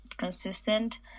consistent